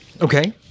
Okay